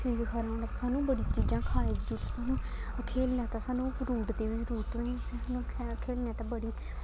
शरीर खरा होना ते सानूं बड़ी चीजां खाने दी जरूरत सानूं खेलने आस्तै सानूं फ्रूट दी बी जरूरत होनी सानूं खे खेलने ते बड़ी